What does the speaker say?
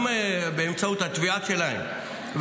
גם באמצעות התביעה שלהם,